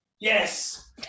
Yes